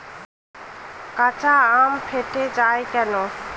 কাঁচা আম ফেটে য়ায় কেন?